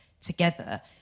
together